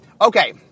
Okay